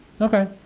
okay